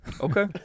Okay